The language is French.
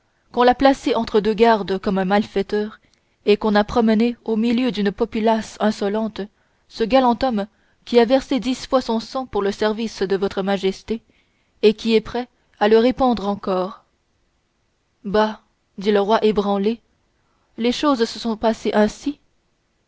qu'on l'a placé entre deux gardes comme un malfaiteur et qu'on a promené au milieu d'une populace insolente ce galant homme qui a versé dix fois son sang pour le service de votre majesté et qui est prêt à le répandre encore bah dit le roi ébranlé les choses se sont passées ainsi